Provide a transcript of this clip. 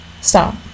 Stop